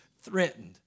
threatened